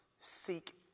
seek